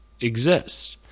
exist